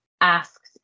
asked